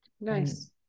Nice